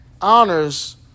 honors